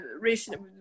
Recent